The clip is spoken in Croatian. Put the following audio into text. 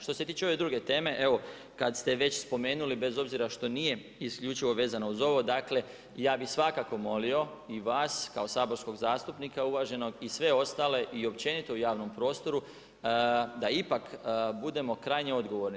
Što se tiče ove druge teme evo kada ste već spomenuli bez obzira što nije isključivo vezano uz ove, ja bi svakako molio i vas kao saborskog zastupnika uvaženog i sve ostale i općenito u javnom prostoru da ipak budemo krajnje odgovorni.